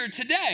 today